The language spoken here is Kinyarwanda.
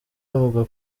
avuga